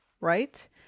right